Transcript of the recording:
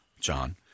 John